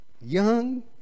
young